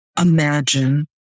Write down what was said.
imagine